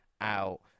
out